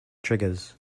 triggers